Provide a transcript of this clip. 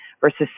versus